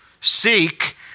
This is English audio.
Seek